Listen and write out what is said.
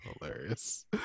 Hilarious